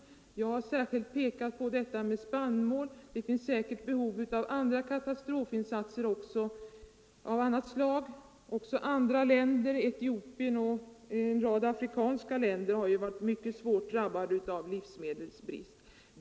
Jag har särskilt pekat på behovet av spannmål, men det finns behov av katastrofhjälp av annat slag och i andra länder, t.ex. i Etiopien. En rad afrikanska länder har varit mycket hårt drabbade av livsmedelsbrist.